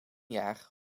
jaar